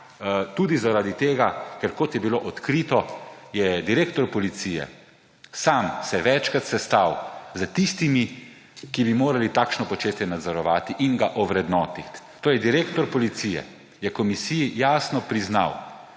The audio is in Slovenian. tudi zaradi tega, ker, kot je bilo odkrito, se je direktor policije sam večkrat sestal s tistimi, ki bi morali takšno početje nadzorovati in ga ovrednotiti. Direktor policije je komisiji jasno priznal,